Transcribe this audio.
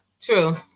True